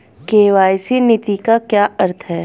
KYC नीति का क्या अर्थ है?